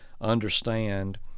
understand